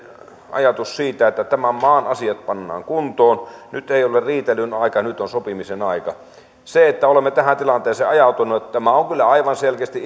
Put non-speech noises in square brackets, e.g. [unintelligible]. ajatus siitä että tämän maan asiat pannaan kuntoon nyt ei ole riitelyn aika nyt on sopimisen aika se että olemme tähän tilanteeseen ajautuneet on kyllä aivan selkeästi [unintelligible]